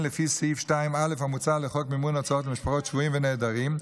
לפי סעיף 2א המוצע לחוק מימון הוצאות משפחות שבויים ונעדרים,